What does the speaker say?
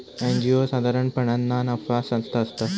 NGO साधारणपणान ना नफा संस्था असता